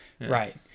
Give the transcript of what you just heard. Right